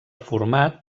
format